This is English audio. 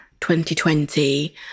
2020